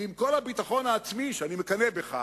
ועם כל הביטחון העצמי, ואני מקנא בך,